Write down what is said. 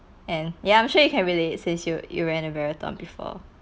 and ya I'm sure you can relate since you you ran a marathon before